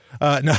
No